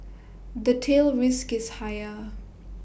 the tail risk is higher